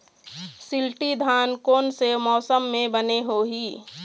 शिल्टी धान कोन से मौसम मे बने होही?